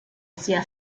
sia